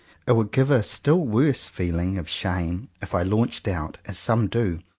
it would give a still worse feeling of shame if i launched out, as some do,